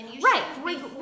Right